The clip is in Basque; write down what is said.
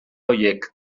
horiek